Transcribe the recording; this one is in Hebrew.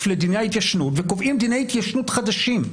לדיני ההתיישנות וקובעים דיני התיישנות חדשים.